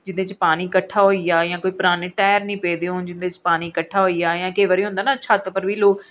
जेह्दे च पानी किट्ठा होई जा जां पुराने टायर नीं पेदे होन जेह्दे च पानी किट्ठा होई जाह्ग केईं बारी होंदा नां छत्त पर बी लोक